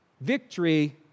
victory